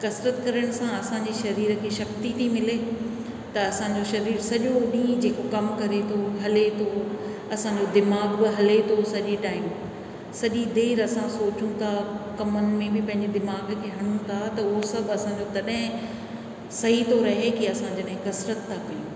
कसरत करण सां असांजे शरीर खे शक्ति ती मिले त असांजो शरीर सॼो ॾींहुं जेको कमु करे थो हले थो असांजो दिमाग़ बि हले थो सॼी टाइम सॼी देरि असां सोचूं था कमनि में बि पंहिंजे दिमाग़ खे हणूं था त उहो सभु असांजो तॾहिं सही थो रहे की असां जॾहिं असां कसरत था कयूं